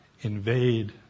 invade